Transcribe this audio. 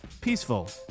Peaceful